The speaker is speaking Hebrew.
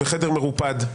בחדר מרופד,